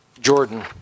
Jordan